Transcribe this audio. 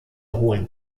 hohen